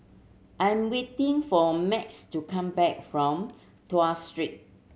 I am waiting for Max to come back from Tuas Street